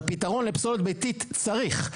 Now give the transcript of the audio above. פתרון לפסולת ביתית צריך.